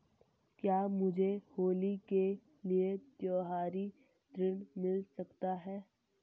क्या मुझे होली के लिए त्यौहारी ऋण मिल सकता है?